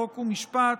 חוק ומשפט,